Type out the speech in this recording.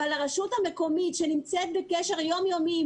אבל הרשות המקומית שנמצאת בקשר יום-יומי עם